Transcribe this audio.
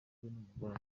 n’umugore